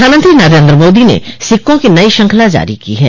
प्रधानमंत्री नरेन्द्र मोदी ने सिक्कों की नई श्रृंखला जारी की है